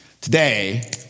Today